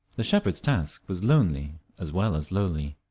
the shepherd's task was lonely as well as lowly.